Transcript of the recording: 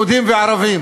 יהודים וערבים: